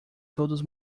todos